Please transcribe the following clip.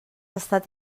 estat